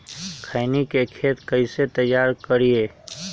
खैनी के खेत कइसे तैयार करिए?